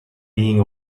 being